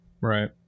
Right